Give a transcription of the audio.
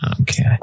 okay